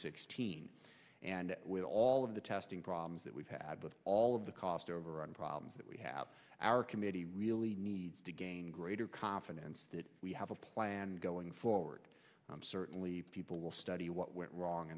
sixteen and with all of the testing problems that we've had with all of the cost overrun problems that we have our committee really needs to gain greater confidence that we have a plan going forward certainly people will study what went wrong